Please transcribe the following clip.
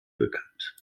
bekannt